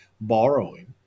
borrowing